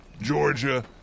Georgia